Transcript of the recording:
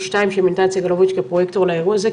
ושתיים שמינתה את סגלוביץ' כפרויקטור לאירוע זה,